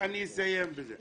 אני אסיים בזה.